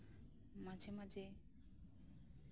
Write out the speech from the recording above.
ᱢᱟᱡᱷᱮ ᱢᱟᱡᱷᱮ